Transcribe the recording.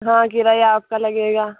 हाँ किराया आपका लगेगा